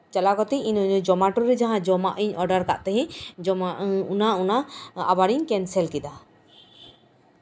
ᱪᱟᱞᱟᱣ ᱠᱞᱟᱛᱮᱫ ᱡᱚᱢᱟᱴᱳ ᱨᱮ ᱡᱟᱦᱟᱸ ᱡᱚᱢᱟᱜ ᱤᱧ ᱚᱰᱟᱨ ᱠᱟᱜ ᱛᱟᱸᱦᱮᱜ ᱚᱱᱟ ᱚᱱᱟ ᱟᱵᱟᱨ ᱤᱧ ᱠᱮᱱᱥᱮᱞ ᱠᱮᱫᱟ